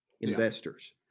investors